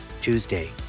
Tuesday